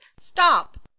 stop